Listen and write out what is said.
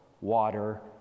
water